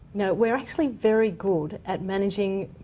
we're actually very good at managing